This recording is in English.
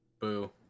Boo